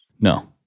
No